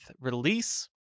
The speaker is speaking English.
release